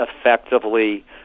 effectively